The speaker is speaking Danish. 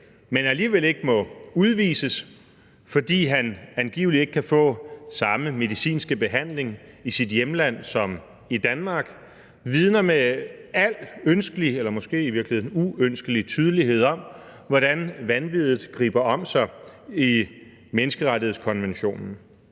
som alligevel ikke må udvises, fordi han angiveligt ikke kan få samme medicinske behandling i sit hjemland som i Danmark, vidner med al ønskelig eller måske i virkeligheden uønskelig tydelighed om, hvordan vanviddet griber om sig i menneskerettighedskonventionen.